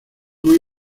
muy